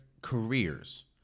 careers